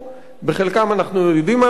חלקם אנחנו יודעים מה לעשות אתם,